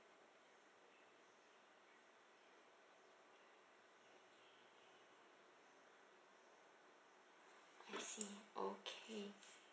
I see okay